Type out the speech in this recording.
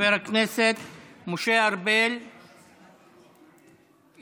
חבר הכנסת משה ארבל, איננו.